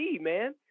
man